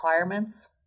requirements